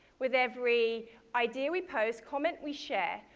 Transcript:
with every idea we post, comment we share,